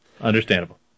Understandable